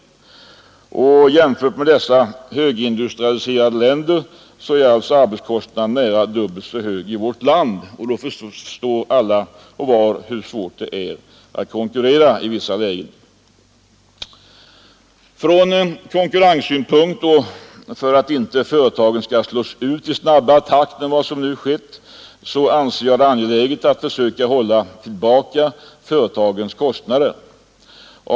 Jämfört med dessa högindustrialiserade länder är alltså arbetskostnaden nära dubbelt så hög i vårt land. Då förstår alla hur svårt det är att konkurrera i vissa lägen. Från konkurrenssynpunkt och för att inte företagen skall slås ut i snabbare takt än vad som skett är det angeläget att söka hålla tillbaka företagens kostnader.